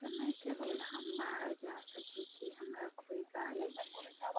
कमाय के लेल हम बाहर जाय सकै छी हमरा कोइ गाड़ी